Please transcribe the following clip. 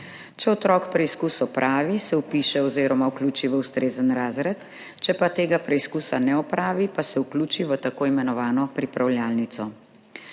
Če otrok preizkus opravi, se vpiše oziroma vključi v ustrezen razred, če pa tega preizkusa ne opravi, pa se vključi v tako imenovano pripravljalnico.